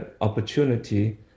opportunity